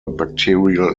bacterial